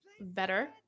better